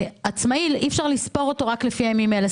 עצמאי אי-אפשר לספור אותו רק לפי הימים האלה.